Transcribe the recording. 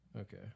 Okay